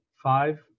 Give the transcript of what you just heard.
Five